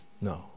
No